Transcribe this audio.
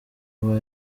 uwo